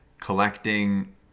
collecting